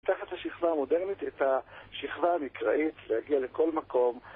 תחת השכבה המודרנית, את השכבה המקראית להגיע לכל מקום